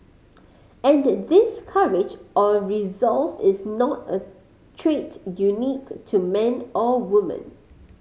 and this courage or resolve is not a trait unique to man or woman